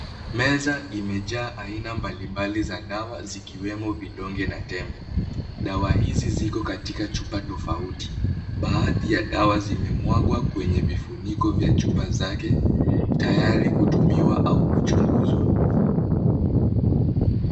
Meza imejaa aina mbali mbali za dawa zikiwemo vidonge na tembe. Dawa hizi ziko katika chupa tofauti. Baadhi ya dawa zimemwagwa kwenye vifuniko vya chupa zake, tayari kutumiwa au kuchunguzwa.